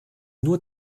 nur